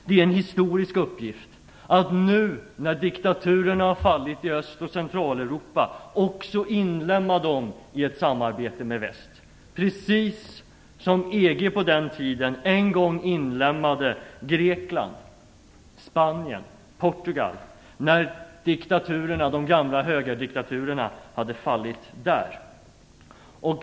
Det är en historisk uppgift att nu när diktaturerna har fallit i Öst och Centraleuropa också inlemma dem i ett samarbete med väst, precis som EG en gång inlemmade Grekland, Spanien och Portugal när de gamla högerdiktaturerna hade fallit där.